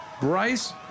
Bryce